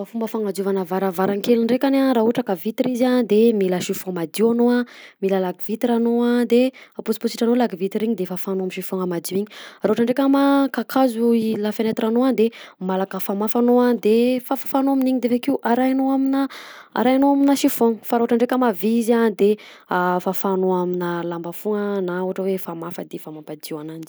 Fomba fanadiovana varavarankely ndrekany a raha ohatra vitre izy a de mila chiffon madio anao a de mila lave vitre anao de apotsipotsitra anao lave vitre iny de fafanao amin'ny chiffon-gna madio raha ohatra dreky ma kakazo lafenetranao de malaka famafa anao a de fafanao amin'iny de avakeo arahinao amina arahinao amina chiffon fa raha ohatra dreky ma vy izy a de fafanao amina lamba foagna na famafa de efa mampadio ananjy.